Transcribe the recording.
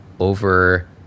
over